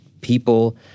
people